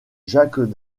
jacques